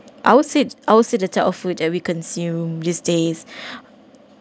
I would say would say the type of food are we consume these days